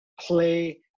play